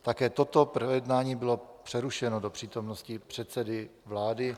Také toto projednání bylo přerušeno do přítomnosti předsedy vlády.